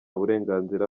burenganzira